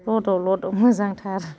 लदब लदब मोजांथार